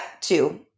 two